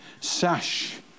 sash